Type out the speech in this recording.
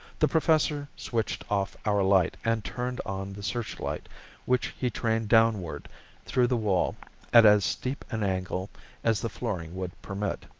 the professor switched off our light and turned on the searchlight which he trained downward through the wall at as steep an angle as the flooring would permit.